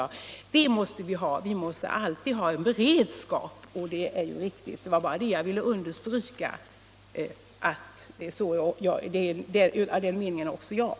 Anser justitieministern att majoritetsval av nämndemän står i överensstämmelse med de principer för val av nämndemän om vilka riksdagen rattade beslut den 12 december 1975?